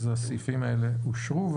הצבעה אושרו הסעיפים אושרו.